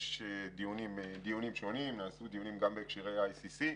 יש דיונים שונים, נעשו דיונים גם בהקשרי ICC,